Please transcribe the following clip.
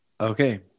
okay